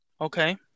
Okay